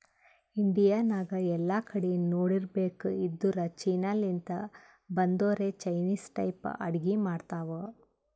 India ನಾಗ್ ಎಲ್ಲಾ ಕಡಿ ನೋಡಿರ್ಬೇಕ್ ಇದ್ದೂರ್ ಚೀನಾ ಲಿಂತ್ ಬಂದೊರೆ ಚೈನಿಸ್ ಟೈಪ್ ಅಡ್ಗಿ ಮಾಡ್ತಾವ್